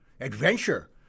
adventure